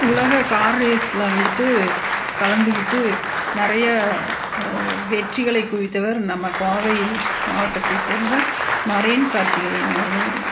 உலக கார் ரேஸில் வந்துவிட்டு கலந்துக்கிட்டு நிறைய வெற்றிகளை குவித்தவர் நம்ம கோவை மாவட்டத்தை சேர்ந்த நரேன் கார்த்திகேயன் அவர்கள்